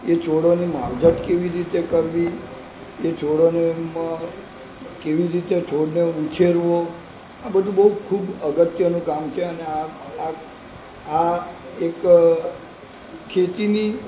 એ છોડોને માવજત કેવી રીતે કરવી એ છોડો અને કેવી રીતે છોડને ઉછેરવો આ બધું બહુ ખૂબ અગત્યનું કામ છે અને આ એક ખેતીની